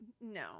No